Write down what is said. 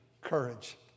courage